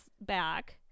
back